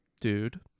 dude